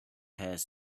has